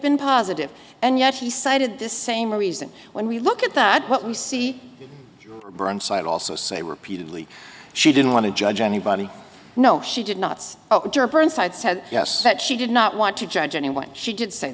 been positive and yet she cited this same reason when we look at that what we see site also say repeatedly she didn't want to judge anybody no she did not oh yes that she did not want to judge anyone she did say